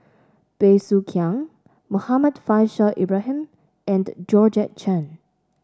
Bey Soo Khiang Muhammad Faishal Ibrahim and Georgette Chen